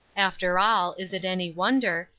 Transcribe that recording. after all, is it any wonder,